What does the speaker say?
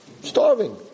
Starving